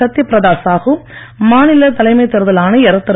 சத்திய பிரதா சாகு மாநில தலைமை தேர்தல் ஆணையர் திரு